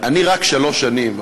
אני רק שלוש שנים,